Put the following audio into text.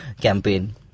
campaign